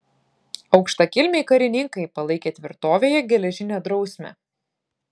aukštakilmiai karininkai palaikė tvirtovėje geležinę drausmę